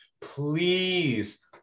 please